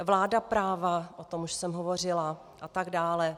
Vláda práva o tom už jsem hovořila a tak dále.